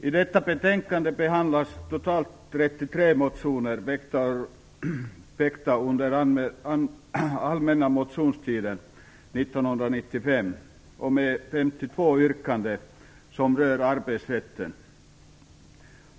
Herr talman! I detta betänkande behandlas totalt